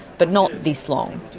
but not this long.